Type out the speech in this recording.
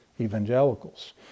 evangelicals